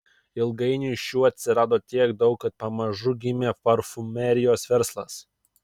ilgainiui šių atsirado tiek daug kad pamažu gimė parfumerijos verslas